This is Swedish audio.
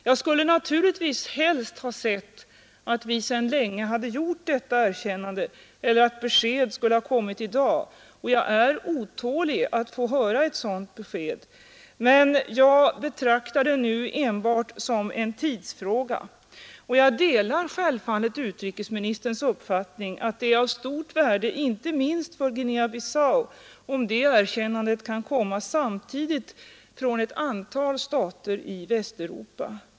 Jag skulle naturligtvis helst ha sett att vi sedan länge hade gjort detta erkännande eller att besked skulle ha kommit i dag. Jag är otålig att få höra ett sådant besked. Men jag betraktar det nu enbart som en tidsfråga. Jag delar självfallet utrikesministerns uppfattning att det är av stort värde, inte minst för Guinea Bissau, om det erkännandet kan komma samtidigt från ett antal stater i Västeuropa.